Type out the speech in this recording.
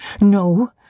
No